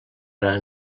ara